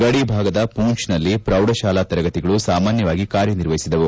ಗಡಿಭಾಗದ ಹೊಂಚ್ನಲ್ಲಿ ಪ್ರೌಢಶಾಲಾ ತರಗತಿಗಳು ಸಾಮಾನ್ಗವಾಗಿ ಕಾರ್ಯನಿರ್ವಹಿಸಿದವು